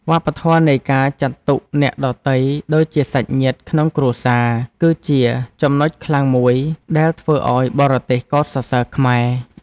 វប្បធម៌នៃការចាត់ទុកអ្នកដទៃដូចជាសាច់ញាតិក្នុងគ្រួសារ គឺជាចំណុចខ្លាំងមួយដែលធ្វើឱ្យបរទេសកោតសរសើរខ្មែរ។